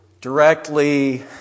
directly